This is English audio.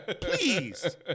Please